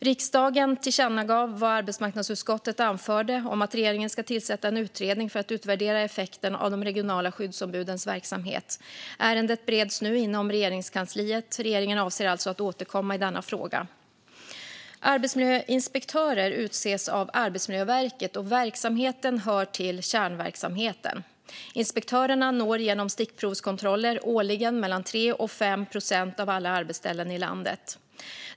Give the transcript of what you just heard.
Riksdagen tillkännagav vad arbetsmarknadsutskottet anförde om att regeringen ska tillsätta en utredning för att utvärdera effekten av de regionala skyddsombudens verksamhet. Ärendet bereds nu inom Regeringskansliet. Regeringen avser alltså att återkomma i denna fråga. Arbetsmiljöinspektörer utses av Arbetsmiljöverket, och verksamheten hör till kärnverksamheten. Inspektörerna når genom stickprovskontroller årligen mellan 3 och 5 procent av alla arbetsställen i landet.